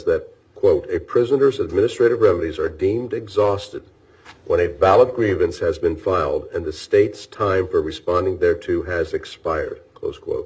that quote a prisoner's administrative remedies are deemed exhausted when a valid grievance has been filed and the state's time for responding there to has expired close quote